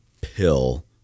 pill